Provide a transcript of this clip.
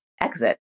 exit